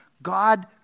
God